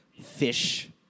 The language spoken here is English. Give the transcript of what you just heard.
fish